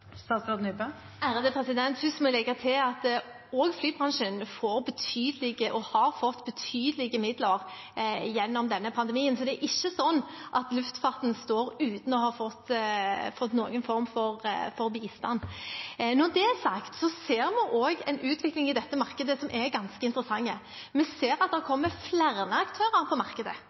må jeg legge til at også flybransjen får og har fått betydelige midler gjennom denne pandemien. Det er ikke sånn at luftfarten står uten å ha fått noen form for bistand. Når det er sagt, ser vi også en utvikling i dette markedet som er ganske interessant. Vi ser at det er kommet flere aktører på markedet,